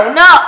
no